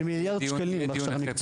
מיליארד שקלים --- כבר עכשיו אני אומר,